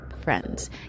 friends